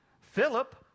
Philip